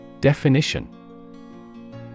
Definition